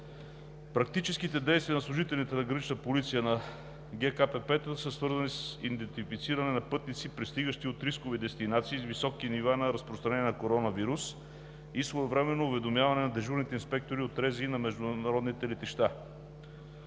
Практическите действия на служителите на Гранична полиция на ГКПП са свързани с идентифициране на пътници, пристигащи от рискови дестинации с високи нива на разпространение на коронавирус, и своевременно уведомяване на дежурните инспектори от РЗИ на международните летища.